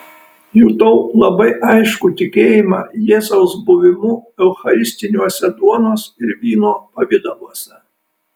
jutau labai aiškų tikėjimą jėzaus buvimu eucharistiniuose duonos ir vyno pavidaluose